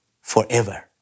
forever